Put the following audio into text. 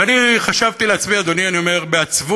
ואני חשבתי לעצמי, אדוני, בעצבות,